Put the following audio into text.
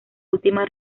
última